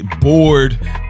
bored